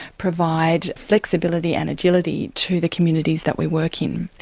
provide flexibility and agility to the communities that we work in.